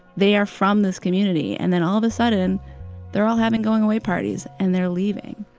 they are from this community. and then all of a sudden they're all having going-away parties and they're leaving.